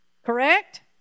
Correct